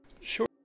Sure